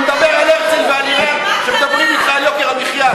אתה מדבר על הרצל כשמדברים אתך על יוקר המחיה,